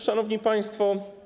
Szanowni Państwo!